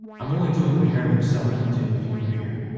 i'm only doing what harry himself would do if he were here.